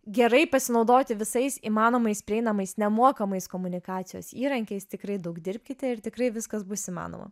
gerai pasinaudoti visais įmanomais prieinamais nemokamais komunikacijos įrankiais tikrai daug dirbkite ir tikrai viskas bus įmanoma